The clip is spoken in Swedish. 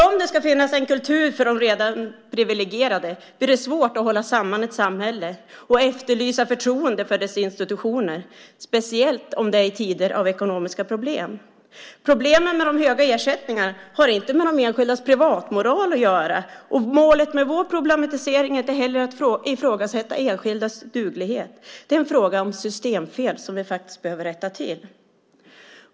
Om det ska finnas en kultur för de redan privilegierade blir det ju svårt att hålla samman ett samhälle och efterlysa förtroende för dess institutioner, speciellt om det är i tider av ekonomiska problem. Problemen med de höga ersättningarna har inte med de enskildas privatmoral att göra, och målet med vår problematisering är inte heller att ifrågasätta enskildas duglighet. Det är en fråga om systemfel som vi faktiskt behöver rätta till.